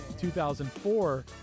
2004